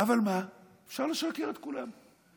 אבל מה, אפשר לשקר לכולם.